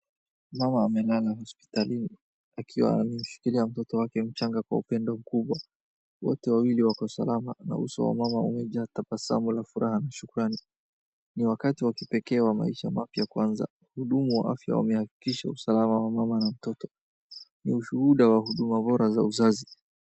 Mama amelala hospitalini akiwa amemshikilia mtoto wake mchanga kwa upendo mkubwa. Wote wawili wako salama na uso wa mama umejaa tabasamu la furaha na shukrani. Ni wakati wa kipekee wa maisha mapya kuanza. Wahudumu wa afya wamehakikisha usalama wa mama na mtoto. Ni ushuhuda wa huduma bora za uzazi.